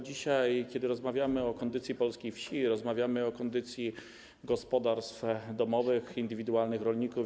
Dzisiaj, kiedy rozmawiamy o kondycji polskiej wsi, rozmawiamy o kondycji gospodarstw domowych indywidualnych rolników.